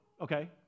Okay